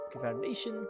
foundation